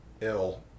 ill